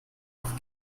auf